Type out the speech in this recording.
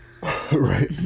Right